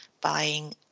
buying